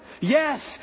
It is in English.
yes